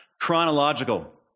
chronological